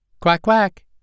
Quack-quack